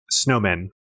snowmen